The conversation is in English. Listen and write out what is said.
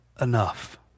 enough